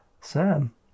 Sam